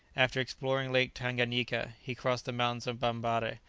after exploring lake tanganyika he crossed the mountains of bambarre,